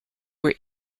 were